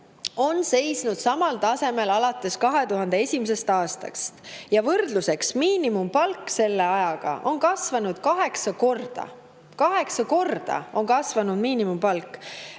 on seisnud samal tasemel alates 2001. aastast. Võrdluseks: miinimumpalk on selle ajaga kasvanud kaheksa korda. Kaheksa korda on miinimumpalk